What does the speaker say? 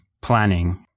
planning